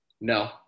no